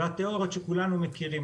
והתיאוריות שכולנו מכירים.